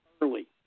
early